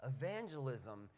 evangelism